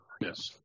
yes